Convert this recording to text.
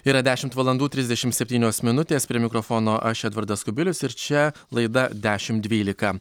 yra dešimt valandų trisdešim septynios minutės prie mikrofono aš edvardas kubilius ir čia laida dešim dvylika